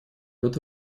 это